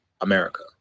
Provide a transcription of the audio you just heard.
America